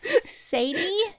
Sadie